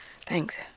thanks